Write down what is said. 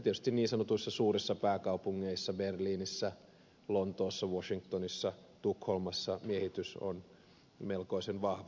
tietysti niin sanotuissa suurissa pääkaupungeissa berliinissä lontoossa washingtonissa tukholmassa miehitys on melkoisen vahva